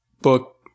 book